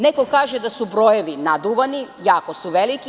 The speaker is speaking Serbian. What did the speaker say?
Neko kaže da su brojevi naduvani, jako su veliki.